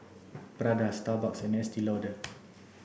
Prada Starbucks and Estee Lauder